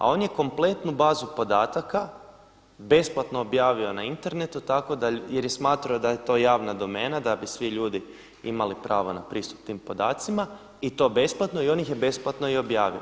A on je kompletnu bazu podataka besplatno objavio na internetu, tako da, jer je smatrao da je to javna domena, da bi svi ljudi imali pravo na pristup tim podacima i to besplatno i on ih je besplatno i objavio.